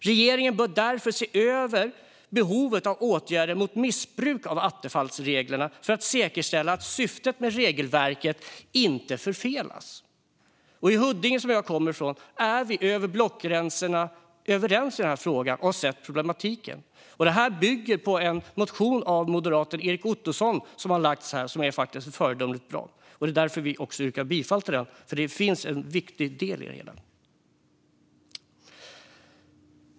Regeringen bör därför se över behovet av åtgärder mot missbruk av attefallsreglerna för att säkerställa att syftet med regelverket inte förfelas. I Huddinge, som jag kommer från, har vi sett problemet och är överens över blockgränserna i frågan. Detta bygger på en föredömligt bra motion väckt av moderaten Erik Ottoson, och det är därför vi också yrkar bifall till motionen. Det finns en viktig del i det hela.